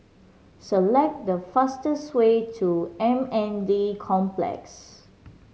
select the fastest way to M N D Complex